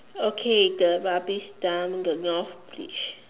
okay the rubbish dump the North bridge